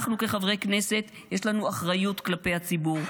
כחברי הכנסת יש לנו אחריות כלפי הציבור,